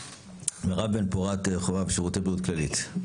מירב בן פורת חביב, שירותי בריאות כללית.